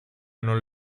non